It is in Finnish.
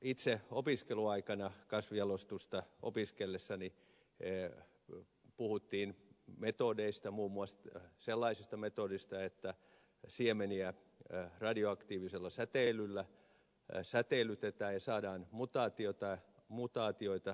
itse kasvinjalostusta opiskellessani puhuttiin metodeista muun muassa sellaisesta metodista että siemeniä radioaktiivisella säteilyllä säteilytetään ja saadaan mutaatioita syntymään